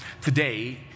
Today